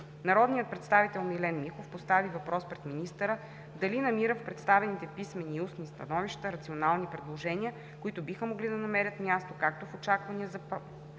Народният представител Милен Михов постави въпрос пред министъра дали намира в предоставените писмени и устни становища рационални предложения, които биха могли да намерят място както в очаквания План